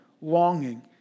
longing